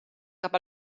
cap